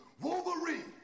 Wolverine